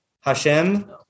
Hashem